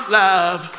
love